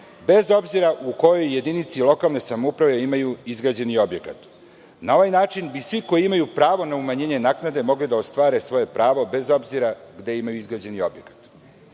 bez obzira u kojoj jedinici lokalne samouprave imaju izgrađen objekat. Na ovaj način bi svi koji imaju pravo na umanjenje naknade mogli da ostvare svoja prava bez obzira gde imaju izgrađeni objekat. Član